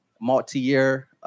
multi-year